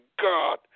God